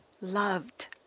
loved